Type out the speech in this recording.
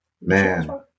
Man